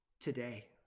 today